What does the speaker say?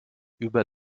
über